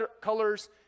colors